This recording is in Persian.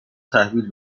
تحویل